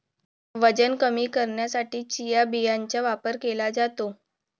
वजन कमी करण्यासाठी चिया बियांचा वापर केला जातो